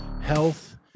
health